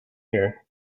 here